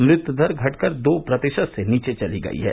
मृत्यु दर घटकर दो प्रतिशत से नीचे चली गई है